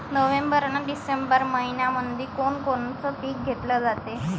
November अन December मइन्यामंधी कोण कोनचं पीक घेतलं जाते?